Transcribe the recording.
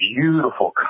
beautiful